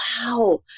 wow